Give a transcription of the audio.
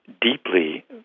deeply